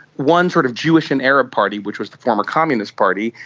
one sort of jewish and arab party, which was the former communist party,